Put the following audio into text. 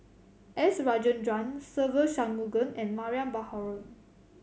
S Rajendran Se Ve Shanmugam and Mariam Baharom